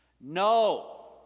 No